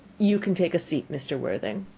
you can take a seat, mr. worthing.